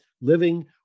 living